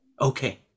Okay